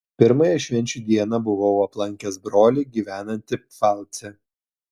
pirmąją švenčių dieną buvau aplankęs brolį gyvenantį pfalce